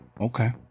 okay